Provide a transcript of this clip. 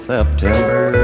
September